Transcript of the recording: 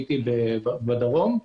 בדרום,